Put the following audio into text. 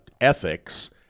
ethics